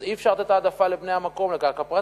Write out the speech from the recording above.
אז אי-אפשר לתת העדפה לבני המקום לקרקע פרטית,